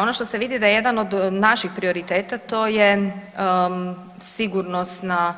Ono što se vidi da jedan od naših prioriteta to je sigurnosna